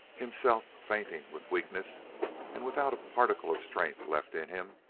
himself fainting with weakness and without a particle of strength left in him,